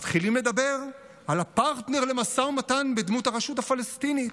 מתחילים לדבר על הפרטנר למשא ומתן בדמות הרשות הפלסטינית,